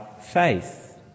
faith